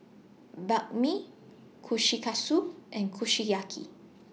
Banh MI Kushikatsu and Kushiyaki